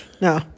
No